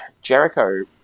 Jericho